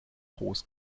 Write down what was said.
groß